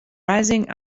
rising